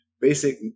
basic